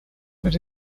but